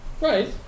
Right